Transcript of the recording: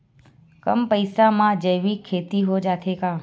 कम पईसा मा जैविक खेती हो जाथे का?